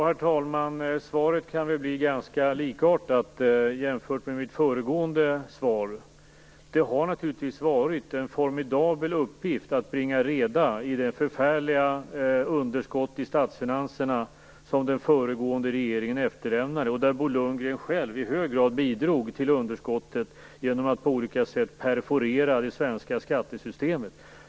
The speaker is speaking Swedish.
Herr talman! Svaret kan väl bli ganska likt mitt föregående svar. Det har naturligtvis varit en formidabel uppgift att bringa reda i det förfärliga underskott i statsfinanserna som den föregående regeringen efterlämnade. Bo Lundgren bidrog själv i hög grad till underskottet genom att på olika sätt perforera det svenska skattesystemet.